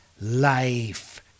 life